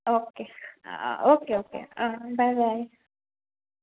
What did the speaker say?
okay uh okay okay uh bye by